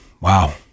wow